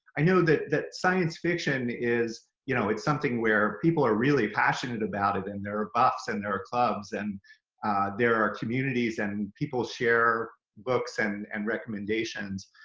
i know that that science fiction is you know it's something where people are really passionate about it and there are buffs and there are clubs and there are communities and and people share books and and recommendations.